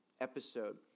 episode